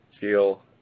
feel